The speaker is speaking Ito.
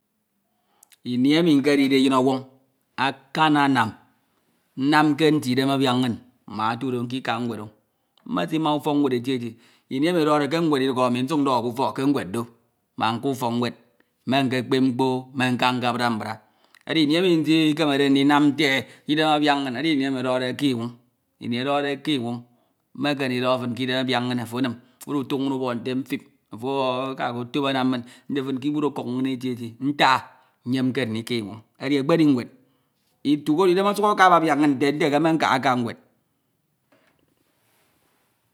. Im emi nkedide syin owiñ, akamanam nnamke nte idem abiak inñ mbak etudo nkika nwed. Mmesima nfok nwed eto eti, im emi edọhọde ke nwed idukhe ami nsuk ndọhọ ke utọk ke nwed do mbak nka nfu nwed me nkekpep mkpo, me nka nkebra mbia. Edi ini emi nsikemede nte idem abiak inñ ubọk nte mtip ofo ọ akako tuep anam min, nte fin ke ikud ọkọñ inñ eti eti, ntak ah nyemke ndika inwoñ edi ekpedi, utu ke do idem ọsuk aks abiak inñ nte nte ke me nkahaka nwed.